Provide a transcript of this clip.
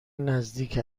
نزدیک